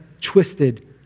twisted